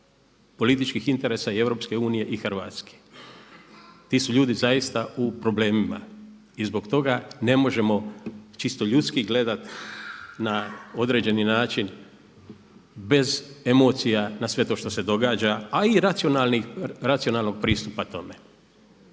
političkih interesa i EU i Hrvatske. Ti su ljudi zaista u problemima. I zbog toga ne možemo čisto ljudski gledat na određeni način bez emocija na sve to što se događa, a i racionalnog pristupa tome.